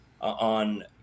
on